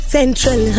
Central